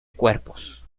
cuerpos